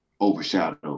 overshadowed